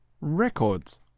records